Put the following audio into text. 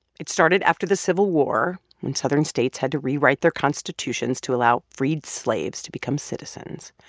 it started after the civil war when southern states had to rewrite their constitutions to allow freed slaves to become citizens